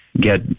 get